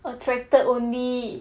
attracted only